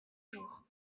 jours